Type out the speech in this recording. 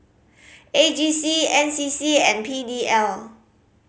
A J C N C C and P D L